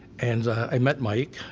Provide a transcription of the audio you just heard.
and i met mike,